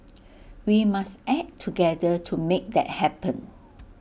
we must act together to make that happen